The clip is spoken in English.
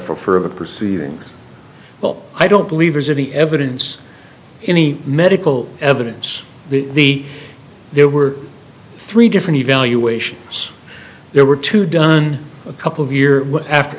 of the proceedings but i don't believe there's any evidence any medical evidence the there were three different evaluations there were two done a couple of year after